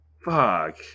Fuck